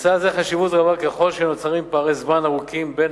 לצעד זה חשיבות רבה ככל שנוצרים פערי זמן ארוכים בין